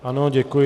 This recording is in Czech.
Ano, děkuji.